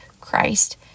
Christ